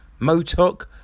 Motok